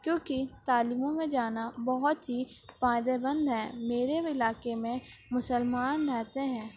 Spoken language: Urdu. کیونکہ تعلیموں میں جانا بہت ہی فائدہ مند ہیں میرے علاقے میں مسلمان رہتے ہیں